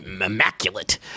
immaculate